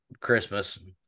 Christmas